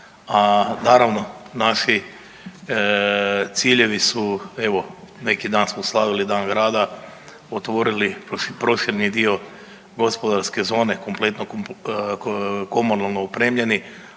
a naravno naši ciljevi su, evo neki dan smo slavili Dan grada, otvorili prošireni dio gospodarske zone kompletno komunalno opremljeni,